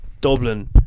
Dublin